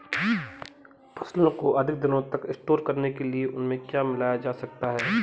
फसलों को अधिक दिनों तक स्टोर करने के लिए उनमें क्या मिलाया जा सकता है?